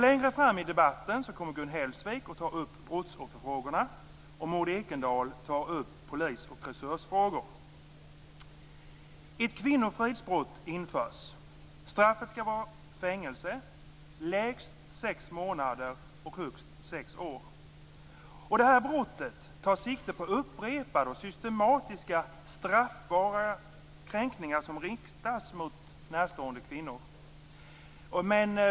Längre fram i debatten kommer Gun Hellsvik att ta upp brottsofferfrågorna, och Maud Ekendahl tar upp polis och resursfrågor. Ett kvinnofridsbrott införs. Straffet skall vara fängelse, lägst sex månader och högst sex år. Brottet tar sikte på upprepade och systematiska straffbara kränkningar som riktas mot närstående kvinnor.